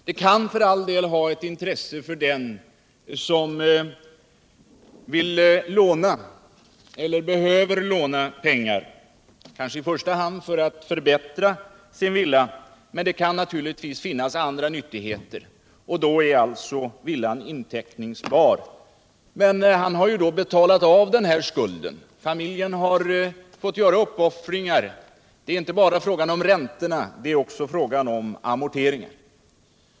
Det kan för all del vara av intresse för den som behöver låna pengar, kanske i första hand för att förbättra sin villa, men det kan naturligtvis också finnas andra behov. Då är alltså villan inteckningsbar. Men han har ju betalat av den här skulden. Familjen har fått göra uppoffringar. Det är inte bara fråga om räntorna, utan det är också fråga om amorteringar.